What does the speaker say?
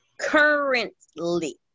currently